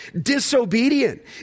disobedient